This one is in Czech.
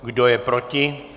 Kdo je proti?